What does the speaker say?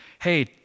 Hey